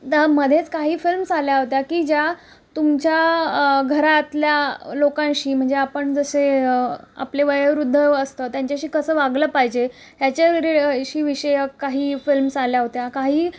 त्यामधेच काही फिल्म्स आल्या होत्या की ज्या तुमच्या घरातल्या लोकांशी म्हणजे आपण जसे आपले वयोवृद्ध असतो त्यांच्याशी कसं वागलं पाहिजे ह्याच्या शी विषयक काही फिल्म्स आल्या होत्या काही